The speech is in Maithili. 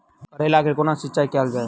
करैला केँ कोना सिचाई कैल जाइ?